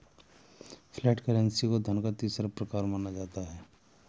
flat currency को धन का तीसरा प्रकार माना जाता है